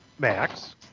Max